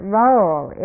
role